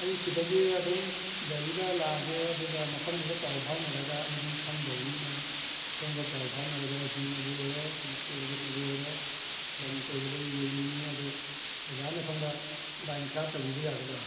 ꯑꯩ ꯁꯤꯗꯒꯤ ꯑꯗꯨꯝ ꯒꯥꯔꯤꯒ ꯂꯥꯛꯑꯒꯦ ꯑꯗꯨꯒ ꯃꯐꯝꯗꯨꯗ ꯄꯥꯎ ꯐꯥꯎꯅꯔꯒ ꯑꯩꯗꯤ ꯈꯪꯗꯕꯅꯤꯅ ꯁꯣꯝꯒ ꯄꯥꯎ ꯐꯥꯎꯅꯔꯒ ꯑꯩ ꯍꯤꯅꯕꯨ ꯑꯣꯏꯔꯣ ꯃꯣꯇꯣꯔ ꯕꯨꯠꯅꯕꯨ ꯑꯣꯏꯔꯣ ꯂꯝ ꯀꯣꯏꯕꯗꯣ ꯌꯦꯡꯅꯤꯡꯉꯤ ꯑꯗꯨ ꯑꯣꯖꯥꯅ ꯁꯣꯝꯗ ꯂꯥꯏꯟ ꯈꯔ ꯇꯧꯕꯤꯕ ꯌꯥꯒꯗ꯭ꯔꯣ